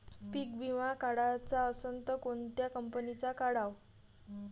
पीक विमा काढाचा असन त कोनत्या कंपनीचा काढाव?